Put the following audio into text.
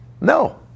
no